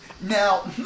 Now